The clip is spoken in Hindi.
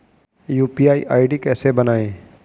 यू.पी.आई आई.डी कैसे बनाएं?